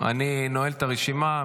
אני נועל את הרשימה.